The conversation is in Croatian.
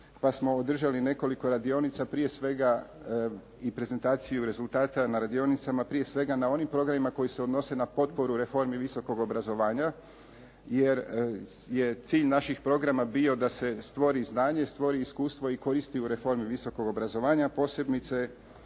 pa smo održali nekoliko radionica prije svega prezentaciju rezultata na radionicama prije svega na onim programima koji se odnose na potporu reformi visokog obrazovanja jer je cilj naših programa bio da se stvori znanje, stvori iskustvo i koristi u reformi visokog obrazovanja, posebice